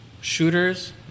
shooters